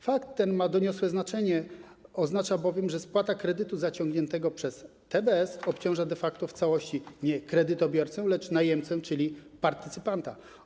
Fakt ten ma doniosłe znaczenie, oznacza bowiem, że spłata kredytu zaciągniętego przez TBS obciąża de facto w całości nie kredytobiorcę, lecz najemcę, czyli partycypanta.